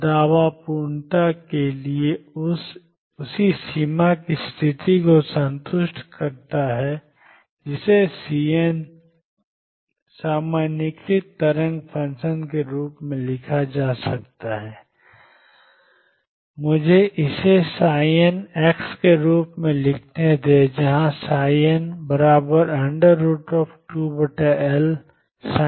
और दावा पूर्णता के लिए है जो उसी सीमा की स्थिति को संतुष्ट करता है जिसे Cn सामान्यीकृत तरंग फ़ंक्शन के रूप में लिखा जा सकता है मुझे इसे n के रूप में लिखने दें जहां n2LsinnπxL